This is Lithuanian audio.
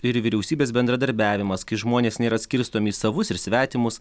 ir vyriausybės bendradarbiavimas kai žmonės nėra skirstomi į savus ir svetimus